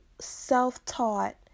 self-taught